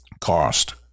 cost